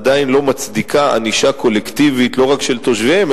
עדיין לא מצדיקה ענישה קולקטיבית לא רק של תושביהן,